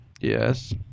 Yes